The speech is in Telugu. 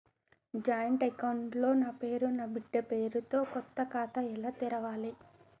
జాయింట్ అకౌంట్ లో నా పేరు నా బిడ్డే పేరు తో కొత్త ఖాతా ఎలా తెరవాలి?